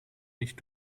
nicht